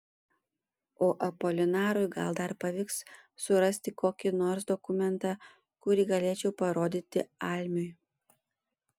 o apolinarui gal dar pavyks surasti kokį nors dokumentą kurį galėčiau parodyti almiui